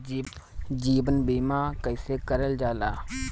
जीवन बीमा कईसे करल जाला?